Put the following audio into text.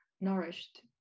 nourished